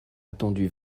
attendu